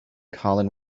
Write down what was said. colin